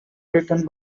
written